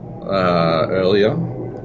Earlier